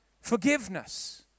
forgiveness